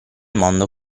mondo